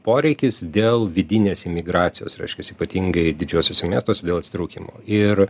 poreikis dėl vidinės imigracijos reiškias ypatingai didžiuosiuose miestuose dėl atsitraukimo ir